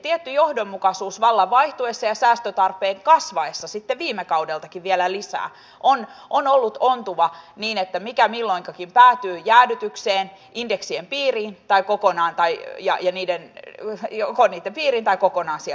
tietty johdonmukaisuus vallan vaihtuessa ja säästötarpeen kasvaessa viime kaudeltakin vielä lisää on ollut ontuva että mikä milloinkin päätyy jäädytykseen indeksien piiriin tai kokonaan sieltä pois